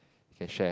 can share